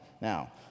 Now